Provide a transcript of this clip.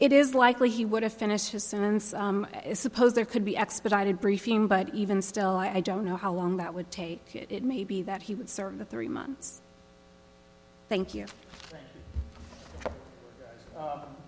it is likely he would have finished his sentence suppose there could be expedited briefing but even still i don't know how long that would take it may be that he would serve the three months thank you